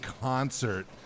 concert